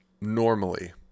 normally